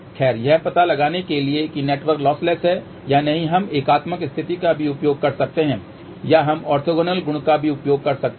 खैर यह पता लगाने के लिए कि नेटवर्क लॉसलेस है या नहीं हम एकात्मक स्थिति का भी उपयोग कर सकते हैं या हम ऑर्थोगोनल गुण का भी उपयोग कर सकते हैं